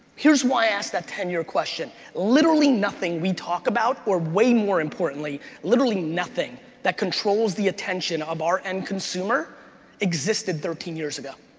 here's why i asked that ten year question. literally nothing we talk about, or way more importantly, literally nothing that controls the attention of our end consumer existed thirteen years ago.